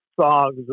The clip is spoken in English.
songs